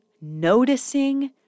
noticing